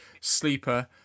sleeper